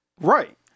Right